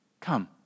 come